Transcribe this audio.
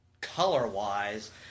Color-wise